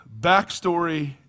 backstory